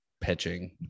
pitching